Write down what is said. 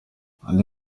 andi